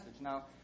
Now